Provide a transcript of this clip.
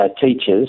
teachers